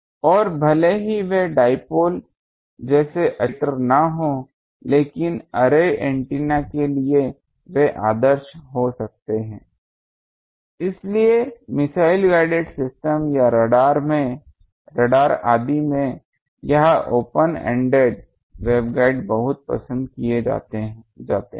और भले ही वे डाइपोल जैसे अच्छे रेडिएटर न हों लेकिन अर्रे एंटीना के लिए वे आदर्श हो सकता है इसीलिए मिसाइल गाइडेंस सिस्टम या राडार आदि में यह ओपन एंडेड वेवगाइड्स बहुत पसंद किए जाते हैं